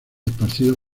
esparcidos